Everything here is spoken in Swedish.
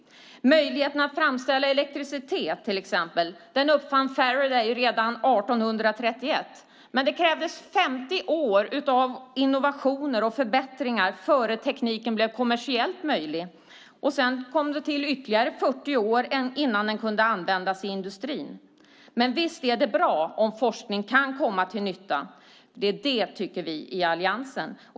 Möjligheten att framställa elektricitet, till exempel, uppfann Faraday redan 1831. Det krävdes 50 år av innovationer och förbättringar innan tekniken blev kommersiellt möjlig. Sedan kom det till ytterligare 40 år innan den kunde användas i industrin. Men visst är det bra om forskning kan komma till nytta. Det tycker vi i alliansen.